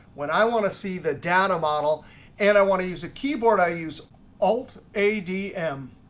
when i want to see the data model and i want to use a keyboard, i use alt a, d, m.